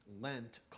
Lent